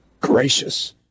Gracious